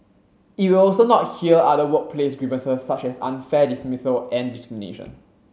it will also not hear other workplace grievances such as unfair dismissal and discrimination